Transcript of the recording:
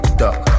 duck